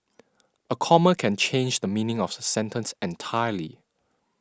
a comma can change the meaning of a sentence entirely